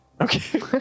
Okay